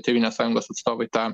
tėvynės sąjungos atstovai tą